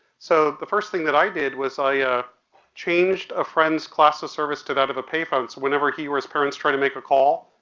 so the first thing that i did was i changed a friend's class of service to that of a pay phone, so whenever he or his parents tried to make a call,